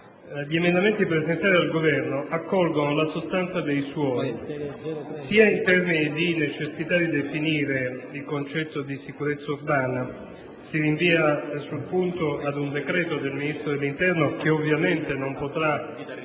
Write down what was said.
gli emendamenti presentati dal Governo accolgono la sostanza delle sue proposte, sia in termini di necessità di definire il concetto di sicurezza urbana, rinviando sulla questione ad un decreto del Ministro dell'interno che ovviamente non potrà